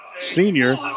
senior